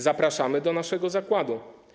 Zapraszamy do naszego zakładu.